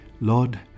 lord